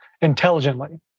intelligently